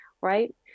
Right